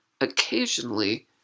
Occasionally